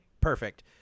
perfect